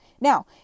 Now